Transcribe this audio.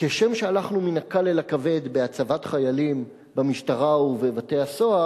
כשם שהלכנו מן הקל אל הכבד בהצבת חיילים במשטרה ובבתי-הסוהר,